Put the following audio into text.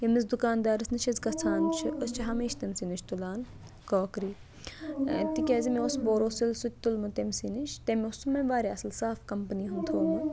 ییٚمِس دُکان دارس نِش أسۍ گژھان چھِ أسۍ چھِ تٔمۍ سی نِش تُلان کراکری تِکیازِ مےٚ اوس بوروسل سۭتۍ تہِ تُلمُت تٔمۍ سی نِش تٔمۍ اوس سُہ مےٚ واریاہ اَصٕل صاف کَمپٔنی ہُنٛد تھوومُت